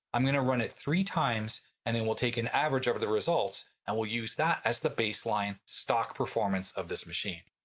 i'm gonna run it three times and then we'll take an average over the results and we'll use that as the baseline stock performance of this machine.